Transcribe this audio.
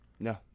No